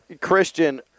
Christian